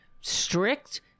strict